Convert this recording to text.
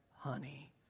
honey